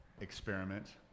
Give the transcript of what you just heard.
experiment